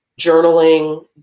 Journaling